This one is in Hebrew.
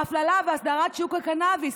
ההפללה והסדרת שוק הקנביס,